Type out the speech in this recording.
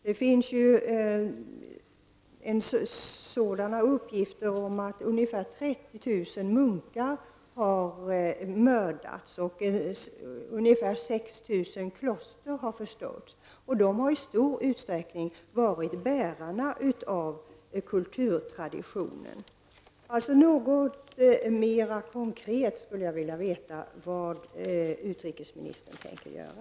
Det finns uppgifter om att ungefär 30 000 munkar har mördats och att ungefär 6 000 kloster har förstörts. Dessa munkar har i stor utsträckning varit bärarna av kulturtraditionen. Jag skulle alltså vilja ha litet mer konkreta uppgifter om vad utrikesministern tänker göra.